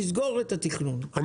אני